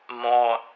more